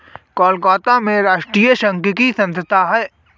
कलकत्ता में राष्ट्रीय सांख्यिकी संस्थान है